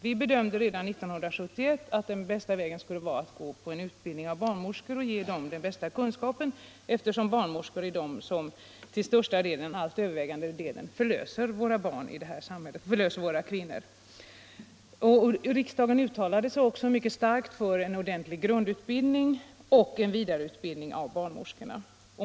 Vi bedömde redan 1971 att den bästa vägen skulle vara att förbättra utbildningen för barnmorskor och ge dem den bästa kunskapen, eftersom barnmorskor är de som till den allt övervägande delen förlöser våra kvinnor i det här samhället. Riksdagen uttalade sig också mycket starkt för en ordentlig grundutbildning och en vidareutbildning av barnmorskorna.